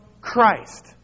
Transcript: Christ